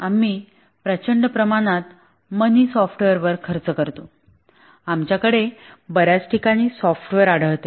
आम्ही प्रचंड प्रमाणात मनी सॉफ्टवेअर खर्च करतो आमच्याकडे बर्याच ठिकाणी सॉफ्टवेअर आढळते